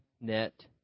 net